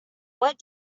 what